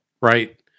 right